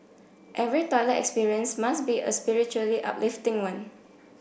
every toilet experience must be a spiritually uplifting one